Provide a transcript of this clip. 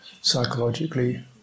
psychologically